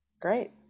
Great